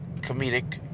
comedic